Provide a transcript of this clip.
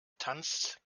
tanzt